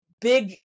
big